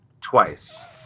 twice